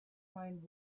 find